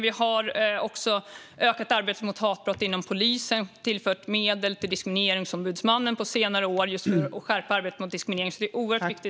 Vi har också stärkt polisens arbete mot hatbrott och på senare år tillfört medel till Diskrimineringsombudsmannen för att stärka arbetet mot diskriminering.